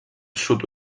sud